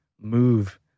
move